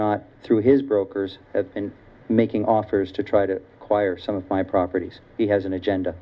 not through his brokers and making offers to try to acquire some of my properties he has an agenda